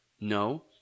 no